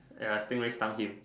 stingray sting him